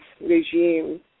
regime